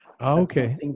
Okay